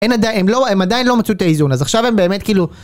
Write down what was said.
הם עדיין לא מצאו את האיזון, אז עכשיו הם באמת כאילו...